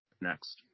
next